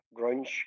grunge